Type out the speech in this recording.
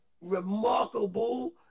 remarkable